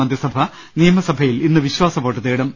മന്ത്രിസഭ നിയമസഭയിൽ ഇന്ന് വിശ്വാസവോട്ട് തേടും